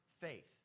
faith